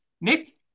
Nick